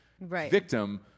victim